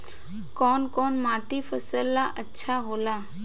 कौन कौनमाटी फसल ला अच्छा होला?